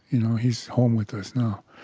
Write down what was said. you know, he's home with us now.